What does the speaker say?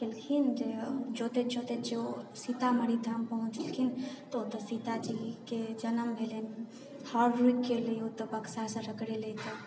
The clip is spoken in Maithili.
केलखिन जे जोतैत जोतैत जे ओ सीतामढ़ी धाम पहुँच गेलखिन तऽ ओतऽ सीताजीके जन्म भेलनि हर रुकि गेलै ओतऽ बक्सासँ टकरेलै तऽ